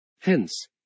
Hence